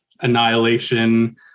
annihilation